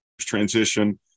transition